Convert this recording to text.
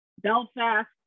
belfast